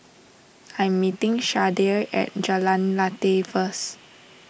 I'm meeting Shardae at Jalan Lateh first